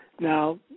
Now